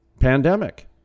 pandemic